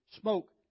smoke